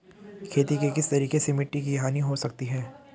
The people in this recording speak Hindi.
खेती के किस तरीके से मिट्टी की हानि हो सकती है?